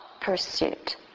pursuit